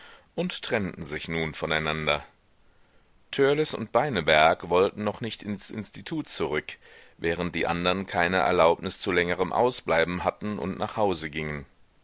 und trennten sich nun voneinander törleß und beineberg wollten noch nicht ins institut zurück während die andern keine erlaubnis zu längerem ausbleiben hatten und nach hause gingen